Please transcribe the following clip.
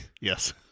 Yes